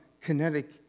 kinetic